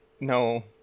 no